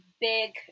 big